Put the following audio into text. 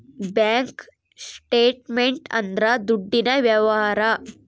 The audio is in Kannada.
ಬ್ಯಾಂಕ್ ಸ್ಟೇಟ್ಮೆಂಟ್ ಅಂದ್ರ ದುಡ್ಡಿನ ವ್ಯವಹಾರ